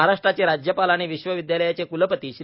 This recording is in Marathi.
महाराष्ट्राचे राज्यपाल आणि विश्वविद्यालयाचे कुलपती श्री